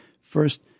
first